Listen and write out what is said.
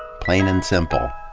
plain and simple.